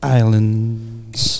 islands